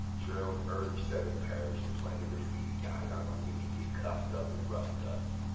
gerald urg seven perish, i'm playing the graffiti guy y'all gonna see me get cuffed up the rough up